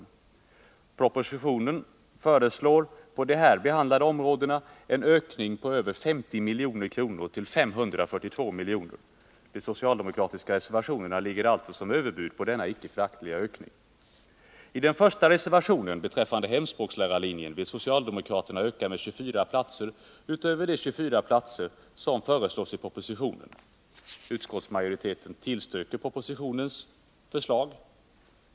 I propositionen föreslås på de här behandlade områdena en ökning på över 50 milj.kr. till 542 milj.kr. De socialdemokratiska reservationerna ligger alltså som överbud på denna inte föraktliga ökning. I reservation 1, beträffande hemspråkslärarlinjen, vill socialdemokraterna öka med 24 platser utöver de 24 platser som föreslås i propositionen. Utskottsmajoriteten tillstyrker propositionens förslag.